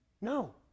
No